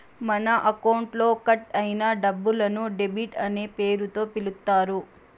మన అకౌంట్లో కట్ అయిన డబ్బులను డెబిట్ అనే పేరుతో పిలుత్తారు